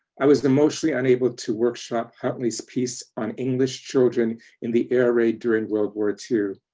i was emotionally unable to workshop huntley's piece on english children in the air raid during world war two.